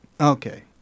Okay